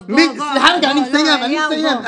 טוב, בוא, אליהו, תסיים.